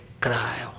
cry